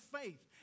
faith